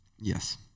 Yes